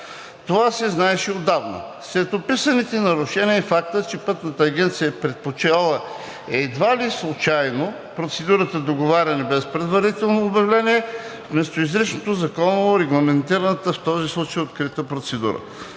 Това се знаеше отдавна. Сред описаните нарушения е фактът, че Пътната агенция е предпочела едва ли случайно процедурата „договаряне без предварително обявление“ вместо изричната законово регламентирана в този случай „открита процедура“.